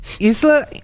Isla